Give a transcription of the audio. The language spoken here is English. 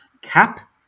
cap